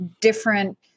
different